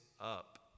up